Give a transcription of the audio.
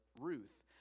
Ruth